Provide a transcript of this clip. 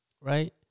right